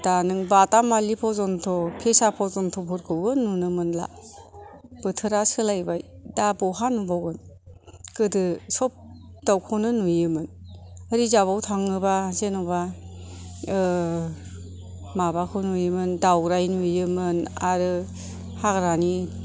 दा नों बादामालि फजन्थ' फेसा फजन्थ'फोरखौबो नुनो मोनला बोथोरा सोलायबाय दा बहा नुबावगोन गोदो सब दावखौनो नुयोमोन रिजाबआव थाङोबा जेन'बा माबाखौ नुयोमोन दावराइ नुयोमोन आरो हाग्रानि